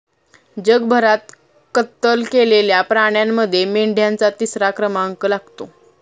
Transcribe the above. जगभरात कत्तल केलेल्या प्राण्यांमध्ये मेंढ्यांचा तिसरा क्रमांक लागतो